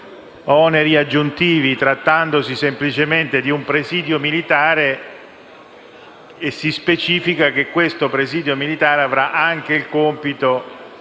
oneri aggiuntivi, trattandosi semplicemente di un presidio militare e specificandosi che questo presidio militare avrà anche il compito,